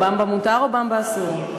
"במבה" מותר או "במבה" אסור?